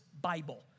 Bible